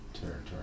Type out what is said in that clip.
territory